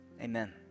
amen